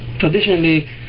Traditionally